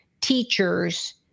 teachers